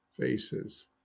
faces